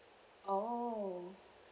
oh